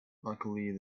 luckily